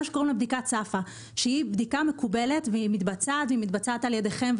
שקוראים לה בדיקת SAFA. היא בדיקה מקובלת והיא מתבצעת על ידיכם,